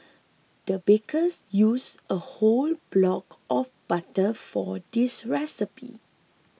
the bakers used a whole block of butter for this recipe